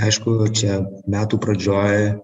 aišku čia metų pradžioj